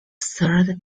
third